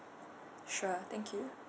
sure thank you